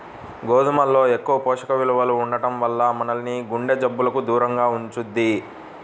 గోధుమల్లో ఎక్కువ పోషక విలువలు ఉండటం వల్ల మనల్ని గుండె జబ్బులకు దూరంగా ఉంచుద్ది